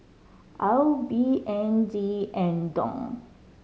AUD B N D and Dong